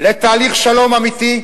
לתהליך שלום אמיתי.